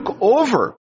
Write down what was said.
over